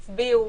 הצביעו,